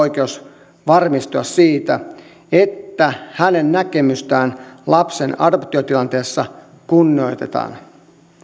oikeus varmistua siitä että hänen näkemystään lapsen adoptiotilanteessa kunnioitetaan